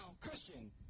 Christian